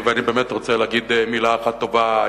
אני רוצה להגיד מלה אחת טובה,